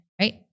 Right